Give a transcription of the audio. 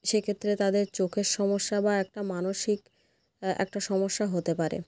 সেক্ষেত্রে তাদের চোখের সমস্যা বা একটা মানসিক একটা সমস্যা হতে পারে